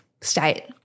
state